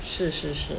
是是是